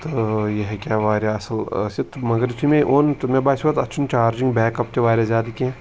تہٕ یہِ ہیٚکہِ ہا واریاہ اَصٕل ٲسِتھ مگر یِتھُے مےٚ یہِ اوٚن تہٕ مےٚ باسیو تَتھ چھُنہٕ چارجِنٛگ بیک اَپ تہِ واریاہ زیادٕ کینٛہہ